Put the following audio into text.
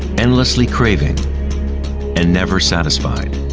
endlessly craving and never satisfied.